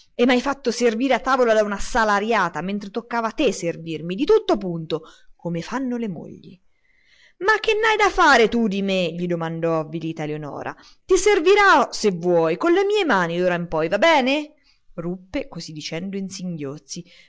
e m'hai fatto servire a tavola da una salariata mentre toccava a te a servirmi di tutto punto come fanno le mogli ma che n'hai da fare tu di me gli domandò avvilita eleonora ti servirò se vuoi con le mie mani d'ora in poi va bene ruppe così dicendo in singhiozzi